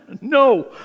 no